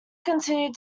continued